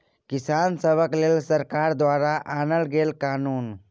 किसान सभक लेल सरकार द्वारा आनल गेल कानुन